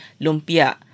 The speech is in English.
Lumpia